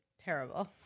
Terrible